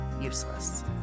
useless